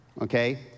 okay